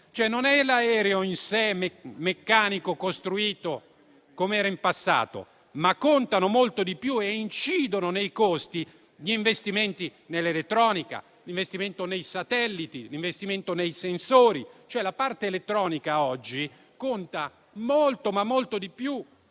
non è l'aereo in sé, meccanico, costruito come era in passato. Contano molto di più e incidono nei costi gli investimenti nell'elettronica, nei satelliti e nei sensori. La parte elettronica conta oggi molto di più